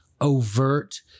overt